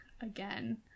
again